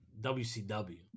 WCW